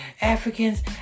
Africans